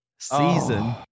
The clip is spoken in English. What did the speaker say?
season